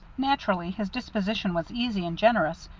naturally, his disposition was easy and generous,